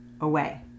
away